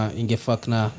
ingefakna